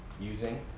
using